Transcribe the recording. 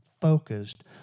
focused